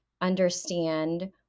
understand